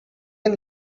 can